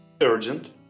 Urgent